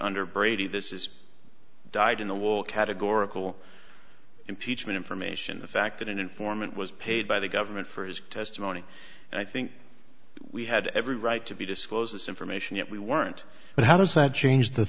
under brady this is dyed in the wool categorical impeachment information the fact that an informant was paid by the government for his testimony and i think we had every right to be disclose this information that we weren't but how does that change the